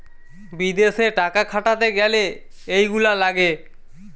বিদেশে টাকা খাটাতে গ্যালে এইগুলা লাগে